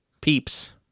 Peeps